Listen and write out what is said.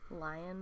lion